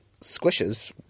squishes